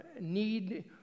need